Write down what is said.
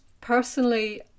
personally